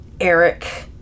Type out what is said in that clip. Eric